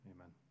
Amen